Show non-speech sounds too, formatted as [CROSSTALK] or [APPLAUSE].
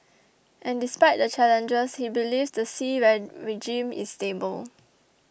and despite the challenges he believes the Xi [UNINTELLIGIBLE] regime is stable